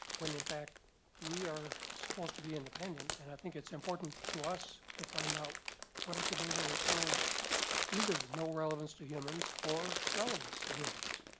when in fact we are supposed to be independent and i think it's important to us to find out what are the data that shows either no relevance to humans or relevance to humans?